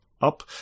up